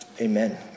Amen